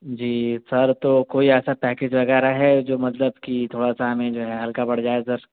جی sir تو کوئی ایسا پیکیج وغیرہ ہے جو مطلب کہ تھوڑا سا ہمیں جو ہے ہلکہ پڑ جائے سر